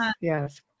yes